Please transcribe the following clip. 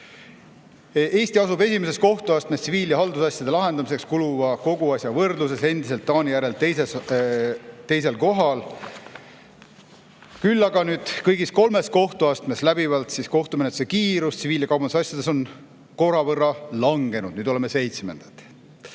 Eesti asub esimeses kohtuastmes tsiviil‑ ja haldusasjade lahendamiseks kuluva koguaja võrdluses endiselt Taani järel teisel kohal. Küll aga oleme kõigis kolmes kohtuastmes läbivalt kohtumenetluse kiiruselt tsiviil‑ ja kaubandusasjades koha võrra langenud: nüüd oleme seitsmendad.